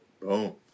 Boom